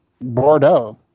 Bordeaux